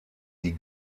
die